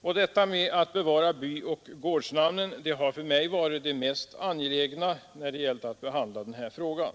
Och detta att bevara byoch gårdsnamnen har för mig varit det mest angelägna när det gällt att 91 behandla den här frågan.